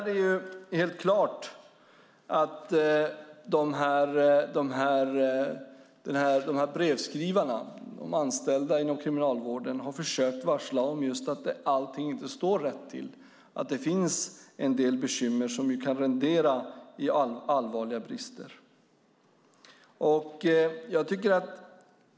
Det är helt klart att brevskrivarna, de anställda inom Kriminalvården, har försökt varsla om att allting inte står rätt till och att det finns en del bekymmer som kan rendera i allvarliga brister.